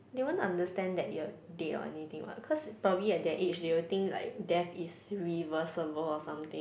they won't understand that you're dead or anything what cause probably at their age they will think like death is reversible or something